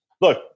look